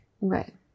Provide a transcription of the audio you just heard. right